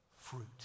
fruit